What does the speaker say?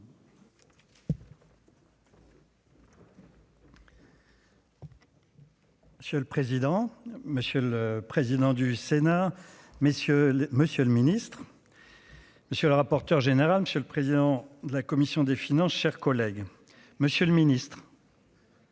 Monsieur le président, monsieur le président du Sénat, messieurs les monsieur le Ministre. Monsieur le rapporteur général, monsieur le président de la commission des finances, chers collègues, monsieur le Ministre.